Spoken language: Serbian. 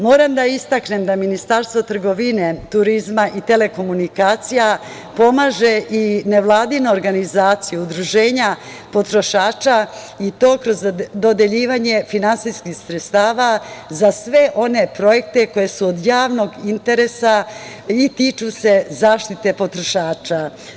Moram da istaknem da Ministarstvo trgovine, turizma i telekomunikacija pomaže i nevladinu organizaciju, udruženja potrošača i to kroz dodeljivanje finansijskih sredstava za sve one projekte koji su od javnog interesa i tiču se zaštite potrošača.